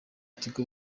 tigo